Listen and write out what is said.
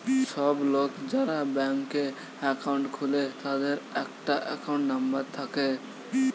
সব লোক যারা ব্যাংকে একাউন্ট খুলে তাদের একটা একাউন্ট নাম্বার থাকে